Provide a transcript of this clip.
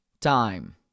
time